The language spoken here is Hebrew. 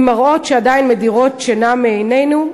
ממראות שעדיין מדירים שינה מעינינו,